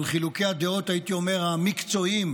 אבל חילוקי הדעות, הייתי אומר המקצועיים,